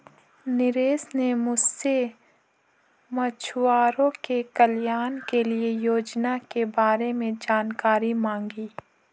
नरेश ने मुझसे मछुआरों के कल्याण के लिए योजना के बारे में जानकारी मांगी